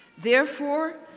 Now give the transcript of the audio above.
therefore,